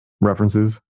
references